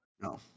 No